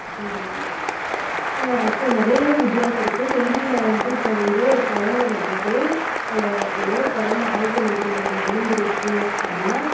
செய்திகளுக்கு ஸோ நிறையவே வித்தியாசம் இருக்குது செய்தியில் வந்துட்டு இப்போ ஏதோ ஒரு கொழந்த வந்துவிட்டு ஏதோ ஒரு கொழந்த ஆழ்துளை கிணறில் விழுந்துருச்சி அப்படின்னா